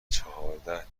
چهارده